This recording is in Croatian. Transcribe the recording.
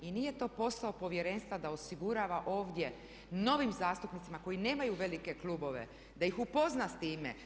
I nije to posao Povjerenstva da osigurava ovdje novim zastupnicima koji nemaju velike klubove, da ih upozna sa time.